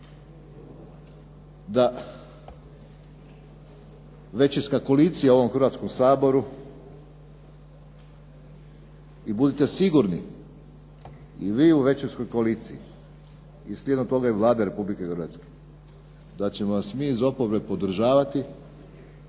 da većinska koalicija u ovom Hrvatskom saboru i budite sigurni i vi u većinskoj koaliciji i slijedom toga i Vlada Republike Hrvatske, da ćemo vas mi iz oporbe podržavati